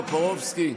חבר הכנסת טופורובסקי,